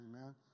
Amen